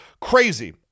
Crazy